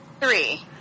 Three